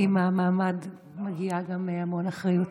עם המעמד מגיעה גם המון אחריות.